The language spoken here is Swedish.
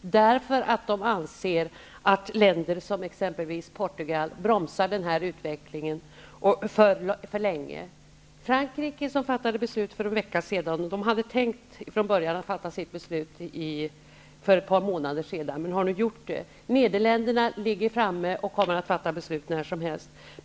Det finns länder i EG som anser att exempelvis Portugal bromsar utvecklingen. Frankrike, som från början hade tänkt fatta beslut för ett par månader sedan, fattade sitt beslut i förra veckan. Nederländerna kommer att fatta beslut när som helst.